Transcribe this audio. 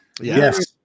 yes